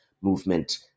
movement